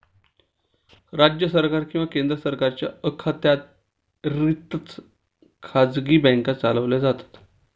राज्य सरकार किंवा केंद्र सरकारच्या अखत्यारीतच खाजगी बँका चालवाव्या लागतात